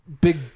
big